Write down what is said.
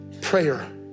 prayer